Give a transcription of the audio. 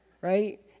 right